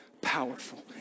powerful